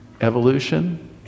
Evolution